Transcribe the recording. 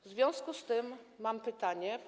W związku z tym mam pytanie.